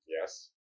Yes